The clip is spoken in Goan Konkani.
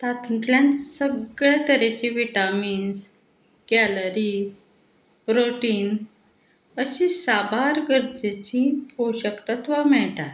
तातुंतल्यान सगळ्या तरेचीं विटामिन्स कॅलरी प्रोटीन शीं साबार गरजेचीं पोशकतत्वां मेळटा